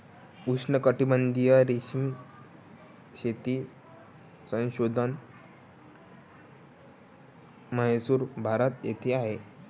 उष्णकटिबंधीय रेशीम शेती संशोधन म्हैसूर, भारत येथे आहे